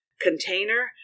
container